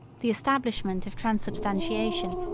the establishment of transubstantiation,